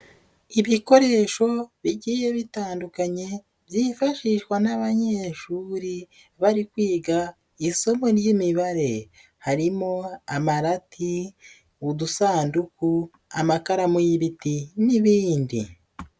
Ibikoresho bigiye bitandukanye byifashishwa n'abanyeshuri bari kwiga isomo ry'imibare, harimo amarati, udusanduku, amakaramu y'ibiti n'ibindi.